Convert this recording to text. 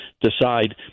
decide